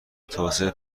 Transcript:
توسعه